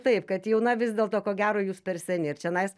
taip kad jauna vis dėlto ko gero jūs per seni ir čionais